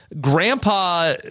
grandpa